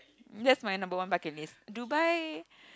that's my number one bucket list Dubai